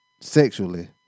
sexually